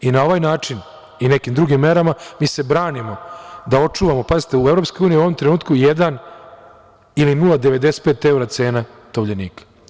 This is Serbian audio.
Na ovaj način i nekim drugim merama mi se branimo da očuvamo, pazite, u EU u ovom trenutku jedan ili 0,95 evra cena tovljenika.